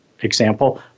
example